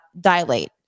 dilate